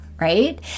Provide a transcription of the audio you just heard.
right